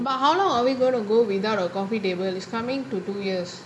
but how long are we going to go without a coffee table its coming to two years